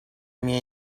mie